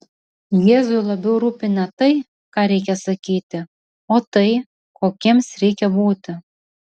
jėzui labiau rūpi ne tai ką reikia sakyti o tai kokiems reikia būti